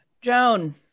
Joan